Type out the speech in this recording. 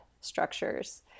structures